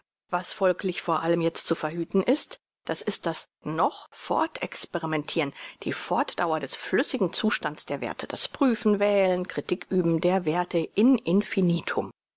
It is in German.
was folglich vor allem jetzt zu verhüten ist das ist das nochfortexperimentiren die fortdauer des flüssigen zustands der werthe das prüfen wählen kritik üben der werthe in infinitum